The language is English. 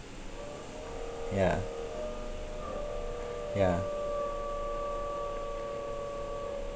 yeah yeah